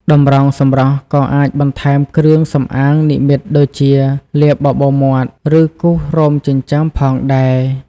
តម្រងសម្រស់ក៏អាចបន្ថែមគ្រឿងសម្អាងនិម្មិតដូចជាលាបបបូរមាត់ឬគូសរោមចិញ្ចើមផងដែរ។